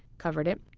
covered it,